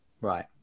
right